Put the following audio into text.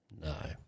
No